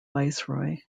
viceroy